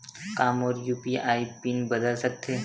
का मोर UPI PIN बदल सकथे?